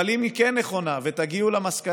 אבל אם היא כן נכונה ותגיעו למסקנה,